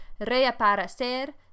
Reaparecer